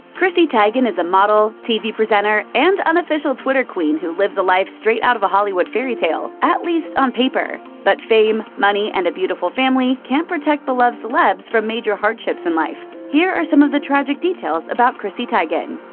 chrissy teigen is a model, tv presenter, and unofficial twitter queen who lives a life straight out of a hollywood fairytale at least on paper. but fame, money, and a beautiful family can't protect beloved celebs from major hardships in life. here are some of the tragic details about chrissy teigen.